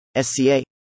SCA